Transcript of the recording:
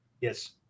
Yes